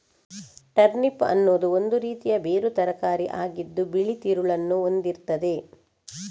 turnip ಅನ್ನುದು ಒಂದು ರೀತಿಯ ಬೇರು ತರಕಾರಿ ಆಗಿದ್ದು ಬಿಳಿ ತಿರುಳನ್ನ ಹೊಂದಿರ್ತದೆ